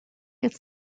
its